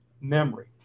memory